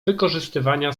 wykorzystywania